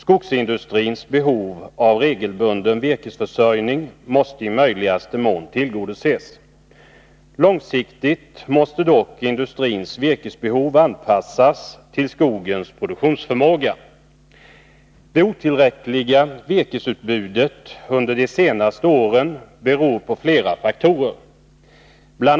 Skogsindustrins behov av regelbunden virkesförsörjning måste i möjligaste mån tillgodoses. Långsiktigt måste dock industrins virkesbehov anpassas till skogens produktionsförmåga. Det otillräckliga virkesutbudet under de senaste åren beror på flera faktorer. Bl.